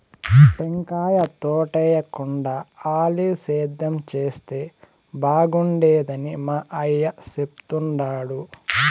టెంకాయ తోటేయేకుండా ఆలివ్ సేద్యం చేస్తే బాగుండేదని మా అయ్య చెప్తుండాడు